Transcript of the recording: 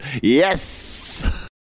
Yes